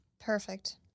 Perfect